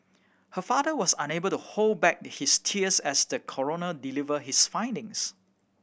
her father was unable to hold back his tears as the coroner deliver his findings